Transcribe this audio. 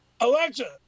Alexa